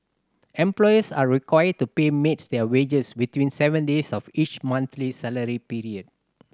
employers are required to pay maids their wages within seven days of each monthly salary period